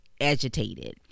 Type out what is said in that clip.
agitated